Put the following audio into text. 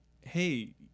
hey